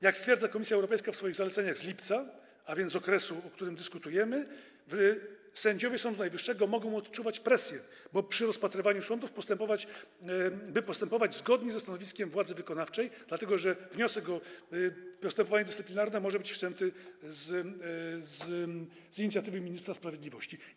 Jak stwierdza Komisja Europejska w swoich zaleceniach z lipca, a więc z okresu, o którym dyskutujemy, sędziowie Sądu Najwyższego mogą odczuwać presję, by przy rozpatrywaniu spraw postępować zgodnie ze stanowiskiem władzy wykonawczej, dlatego że wniosek o postępowanie dyscyplinarne może być wszczęty z inicjatywy ministra sprawiedliwości.